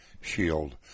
Shield